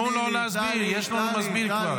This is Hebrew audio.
תנו לו להסביר, יש לנו מסביר כבר.